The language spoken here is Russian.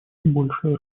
большая